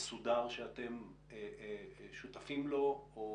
מסודר שאתם שותפים לו או